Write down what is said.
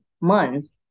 months